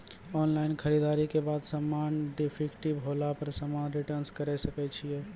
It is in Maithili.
ऑनलाइन खरीददारी के बाद समान डिफेक्टिव होला पर समान रिटर्न्स करे सकय छियै?